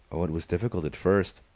oh, it was difficult at first.